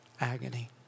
agony